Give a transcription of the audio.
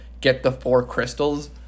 get-the-four-crystals